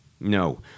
No